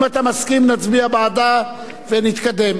אם אתה מסכים, נצביע בעדה ונתקדם.